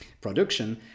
production